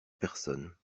personnes